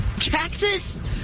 Cactus